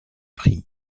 prix